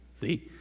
See